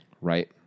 Right